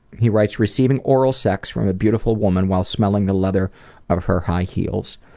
he writes, receiving oral sex from a beautiful woman while smelling the leather of her high heels.